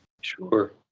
Sure